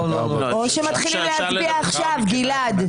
או שמתחילים להצביע עכשיו, גלעד.